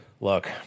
look